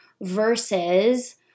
versus